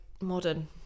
modern